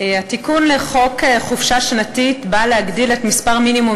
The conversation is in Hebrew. התיקון לחוק חופשה שנתית בא להגדיל את מספר מינימום